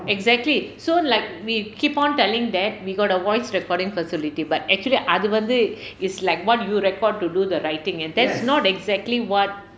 exactly so like we keep on telling that we got a voice recording facility but actually அது வந்து:athu vanthu is like what you record to do the writing and that's not exactly what